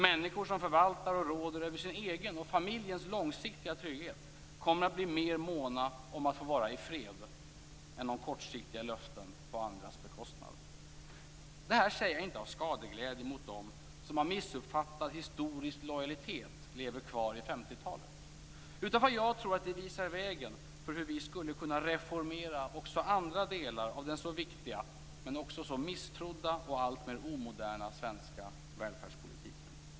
Människor som förvaltar och råder över sin egen och familjens långsiktiga trygghet kommer att bli mer måna om att få vara i fred än om kortsiktiga löften på andras bekostnad. Det här säger jag inte av skadeglädje mot dem som av missuppfattad historisk lojalitet lever kvar i 50-talet, utan därför att jag tror att det visar vägen för hur vi skulle kunna reformera också andra delar av den så viktiga men också så misstrodda och allt mer omoderna svenska välfärdspolitiken.